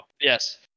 yes